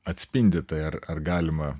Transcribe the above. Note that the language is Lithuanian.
atspindi tai ar ar galima